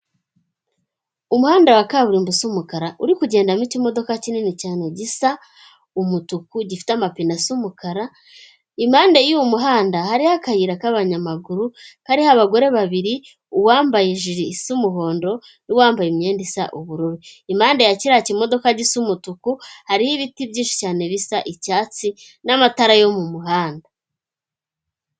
Umuhanda wa kaburimbo usa umukara uri kugendamo ikimodoka kinini cyane gisa umutuku gifite amapine asa umukara, impande y'uwo muhanda hariho akayira k'abanyamaguru kariho abagore babiri uwambaye ijiri isa umuhondo n'uwambaye imyenda isa ubururu. Impande ya kiriya kimodoka gisa umutuku hariho ibiti byinshi cyane bisa icyatsi n'amatara yo mu muhanda.